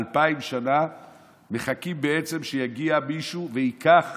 אלפיים שנה מחכים שיגיע מישהו וייקח